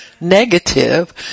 negative